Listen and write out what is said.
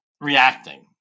reacting